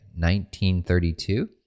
1932